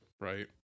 right